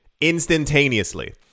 instantaneously